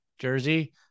jersey